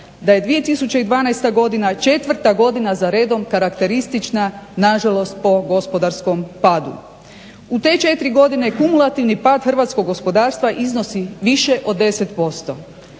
da je 2012.godina 4.godina za redom karakteristična nažalost po gospodarskom padu. U te 4 godine kumulativni pad hrvatskog gospodarstva iznosi više od 10%,